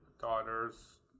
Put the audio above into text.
daughters